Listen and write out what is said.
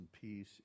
peace